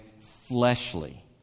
fleshly